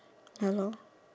ya lor